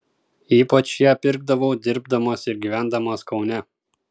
ypač ją pirkdavau dirbdamas ir gyvendamas kaune